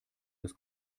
des